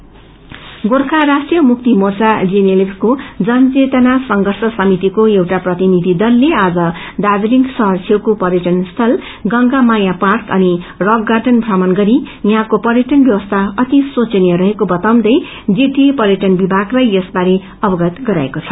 समिति गोर्खा राष्ट्रिय प्रुक्ति मोर्चाको जनचेतना संघंष समितिको एउटा प्रतिनिधि दलले आज दार्जीलिङ शहर छेउको पर्यटन स्थल गंगा माया पार्क अनि रक गाँडन प्रमण गरि यहाँको पर्यटन व्यवस्था अति शोचनिय रहेको बताउँदै जीटिए पर्यटन विभागलाई यस बारे अवगत गराएको छ